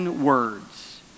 words